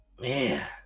man